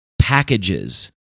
Packages